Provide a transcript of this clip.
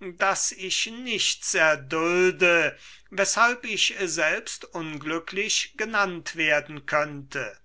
daß ich nichts erdulde weshalb ich selbst unglücklich genannt werden könnte